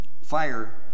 Fire